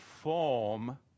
form